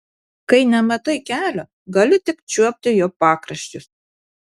kai nematai kelio gali tik čiuopti jo pakraščius